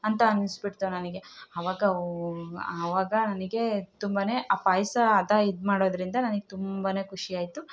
ಅಂತ ಅನ್ನಿಸ್ಬಿಡ್ತು ನನಗೆ ಅವಾಗ ಓ ಅವಾಗ ನನಗೆ ತುಂಬಾ ಆ ಪಾಯಸ ಹದ ಇದುಮಾಡೋದ್ರಿಂದ ನನಗ್ ತುಂಬಾ ಖುಷಿ ಆಯಿತು